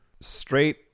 straight